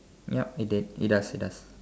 yup it did it does it does